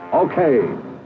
Okay